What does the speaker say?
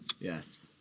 Yes